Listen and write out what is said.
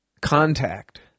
contact